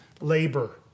labor